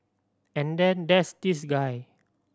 and then there's this guy